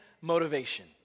motivation